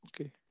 Okay